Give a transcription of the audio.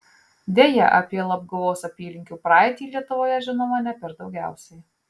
deja apie labguvos apylinkių praeitį lietuvoje žinoma ne per daugiausiai